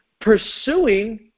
pursuing